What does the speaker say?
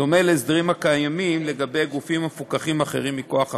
בדומה להסדרים הקיימים לגבי גופים מפוקחים אחרים מכוח החוק.